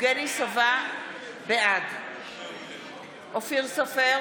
בעד אופיר סופר,